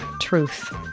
Truth